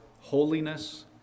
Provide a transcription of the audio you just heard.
holiness